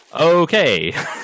Okay